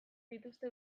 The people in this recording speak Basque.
dituzte